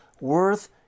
worth